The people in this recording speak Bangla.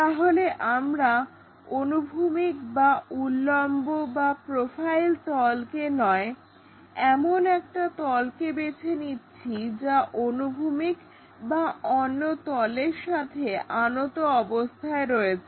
তাহলে আমরা অনুভূমিক বা উল্লম্ব বা প্রোফাইল তলকে নয় এমন একটা তলকে বেছে নিচ্ছি যা অনুভূমিক বা অন্য তলের সাথে আনত অবস্থায় রয়েছে